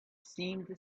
seemed